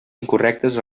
incorrectes